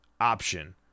option